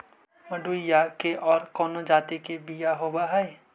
मडूया के और कौनो जाति के बियाह होव हैं?